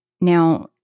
Now